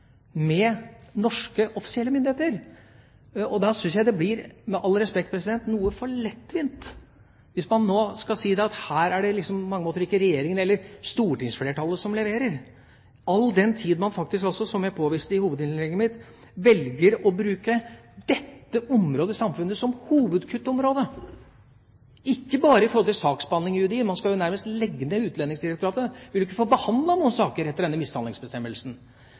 blir, med all respekt, noe for lettvint hvis man nå skal si at her er det ikke Regjeringa eller stortingsflertallet som leverer, all den tid man faktisk – som jeg påviste i hovedinnlegget mitt – velger å bruke dette området i samfunnet som hovedkuttområde. Det gjelder ikke bare saksbehandling i UDI. Man skal jo nærmest legge ned Utlendingsdirektoratet. En vil ikke få behandlet noen saker etter denne mishandlingsbestemmelsen.